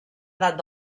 edat